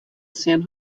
san